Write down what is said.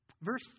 Verse